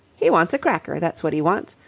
he wants a cracker, that's what he wants.